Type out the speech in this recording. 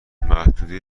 محدود